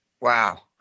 Wow